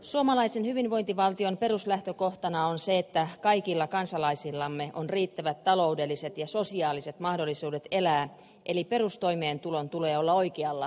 suomalaisen hyvinvointivaltion peruslähtökohtana on se että kaikilla kansalaisillamme on riittävät taloudelliset ja sosiaaliset mahdollisuudet elää eli perustoimeentulon tulee olla oikealla tasolla